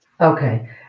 Okay